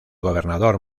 gobernador